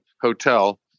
hotel